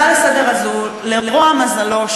לרוע מזלו,